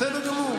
בסדר גמור.